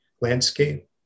landscape